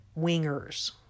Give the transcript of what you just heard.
wingers